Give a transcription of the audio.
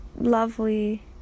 lovely